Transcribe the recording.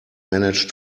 manage